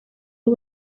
abo